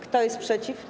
Kto jest przeciw?